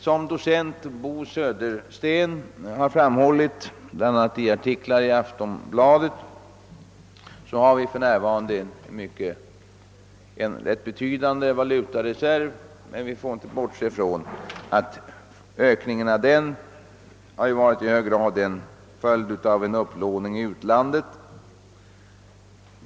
Som docent Bo Södersten framhållit, bl.a. i artiklar i Aftonbladet, har Sverige för närvarande en Tätt betydande valutareserv, men vi får inte bortse från att ökningen av den varit en följd av upplåning i utlandet.